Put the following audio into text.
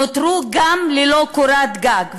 נותרו גם ללא קורת גג,